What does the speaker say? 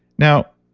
now,